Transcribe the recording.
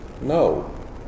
No